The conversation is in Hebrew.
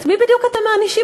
את מי בדיוק אתם מענישים?